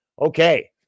Okay